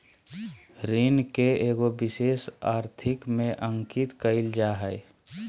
ऋण के एगो विशेष आर्थिक में अंकित कइल जा हइ